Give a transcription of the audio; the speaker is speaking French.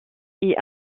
est